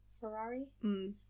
Ferrari